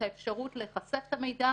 את האפשרות להיחשף למידע?